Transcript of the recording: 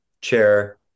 chair